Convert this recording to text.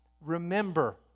Remember